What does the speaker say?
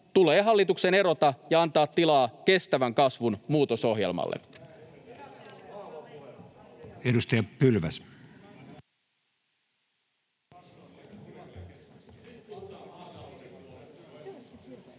tulee hallituksen erota ja antaa tilaa kestävän kasvun muutosohjelmalle. [Antti